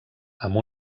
amb